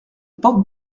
porte